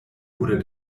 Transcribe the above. oder